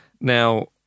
Now